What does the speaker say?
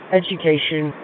education